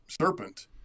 serpent